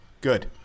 Good